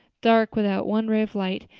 dark without one ray of light,